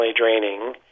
draining